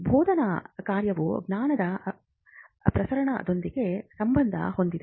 ಬೋಧನಾ ಕಾರ್ಯವು ಜ್ಞಾನದ ಪ್ರಸರಣದೊಂದಿಗೆ ಸಂಬಂಧ ಹೊಂದಿದೆ